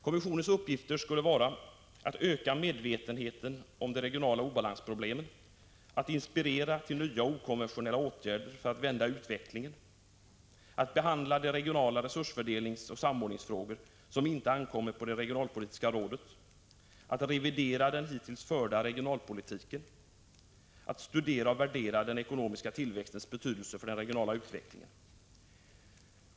Kommissionens uppgifter skulle vara — att öka medvetenheten om de regionala obalansproblemen, — att inspirera till nya och okonventionella åtgärder för att vända utvecklingen, — att behandla de regionala resursfördelningsoch samordningsfrågor som inte ankommer på det regionalpolitiska rådet, — att revidera den hittills förda regionalpolitiken och — att studera och värdera den ekonomiska tillväxtens betydelse för den regionala utvecklingen.